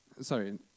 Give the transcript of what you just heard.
sorry